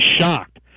shocked